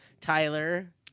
Tyler